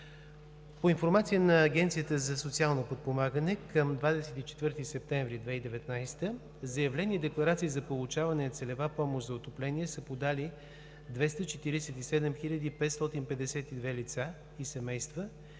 По информация на Агенцията за социално подпомагане към 24 септември 2019 г. заявления-декларации за получаване на целева помощ за отопление са подали 247 552 лица и семейства